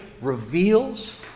reveals